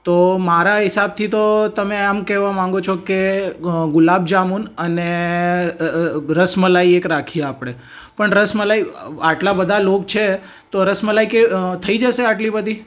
તો મારા હિસાબથી તો તમે આમ કહેવા માંગો છો કે ગુલાબજામુન અને રસમલાઈ એક રાખીએ આપણે પણ રસમલાઈ આટલા બધા લોકો છે તો રસમલાઈ કે થઈ જશે આટલી બધી